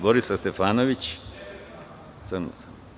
Borislav Stefanović.